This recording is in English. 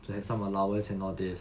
to have some allowance and all these